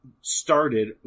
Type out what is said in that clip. started